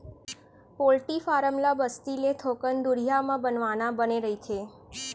poultry farm ल बस्ती ले थोकन दुरिहा म बनवाना बने रहिथे